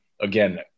Again